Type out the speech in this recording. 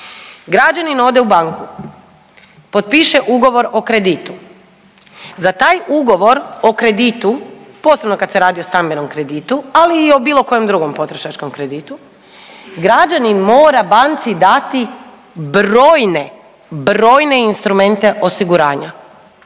Građanin ode u banku, potpiše ugovor o kreditu, za taj ugovor o kreditu posebno kad se radi o stambenom kreditu, ali i o bilo kojem drugom potrošačkom kreditu građanin mora banci dati brojne, brojne instrumente osiguranja.